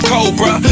Cobra